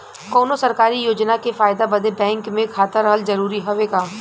कौनो सरकारी योजना के फायदा बदे बैंक मे खाता रहल जरूरी हवे का?